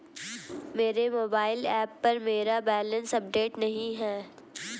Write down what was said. मेरे mobile app पर मेरा बैलेंस अपडेट नहीं है